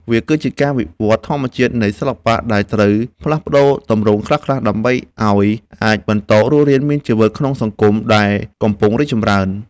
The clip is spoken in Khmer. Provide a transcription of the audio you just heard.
វាគឺជាការវិវត្តធម្មជាតិនៃសិល្បៈ ដែលត្រូវផ្លាស់ប្តូរទម្រង់ខ្លះៗ ដើម្បីឱ្យអាចបន្តរស់រានមានជីវិតក្នុងសង្គមដែលកំពុងរីកចម្រើន។